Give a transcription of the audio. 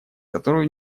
которую